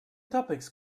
topics